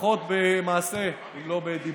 לפחות במעשה, אם לא בדיבור.